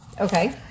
okay